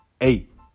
eight